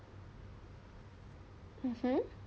mmhmm